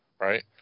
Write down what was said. right